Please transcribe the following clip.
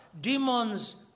Demons